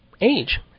age